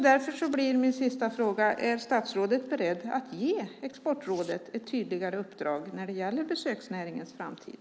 Därför blir min sista fråga: Är statsrådet beredd att ge Exportrådet ett tydligare uppdrag när det gäller besöksnäringens framtid?